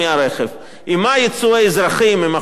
עם מה יצאו האזרחים אם החוק לא יאושר?